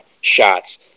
shots